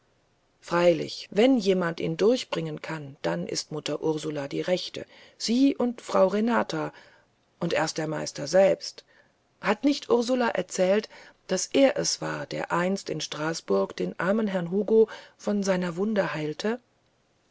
freilich wenn jemand ihn durchbringen kann dann ist mutter ursula die rechte sie und frau renata und erst der meister selber hat nicht ursula erzählt daß er es war der einst in straßburg den armen herrn hugo von seiner wunde heilte